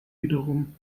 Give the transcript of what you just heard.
wiederum